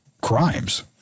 crimes